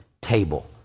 Table